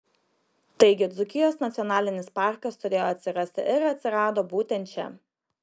taigi dzūkijos nacionalinis parkas turėjo atsirasti ir atsirado būtent čia